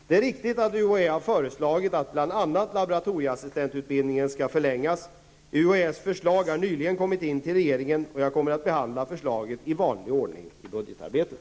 Det är riktigt att UHÄ har föreslagit att bl.a. UHÄs förslag har nyligen kommit in till regeringen och jag kommer att behandla förslaget i vanlig ordning i budgetarbetet.